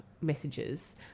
messages